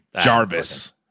Jarvis